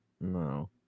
no